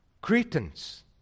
Cretans